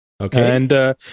Okay